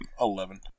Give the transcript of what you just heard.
Eleven